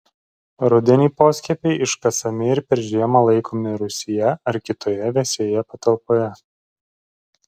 rudenį poskiepiai iškasami ir per žiemą laikomi rūsyje ar kitoje vėsioje patalpoje